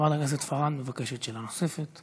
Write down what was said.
חברת הכנסת פארן מבקשת, שאלה נוספת.